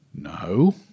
No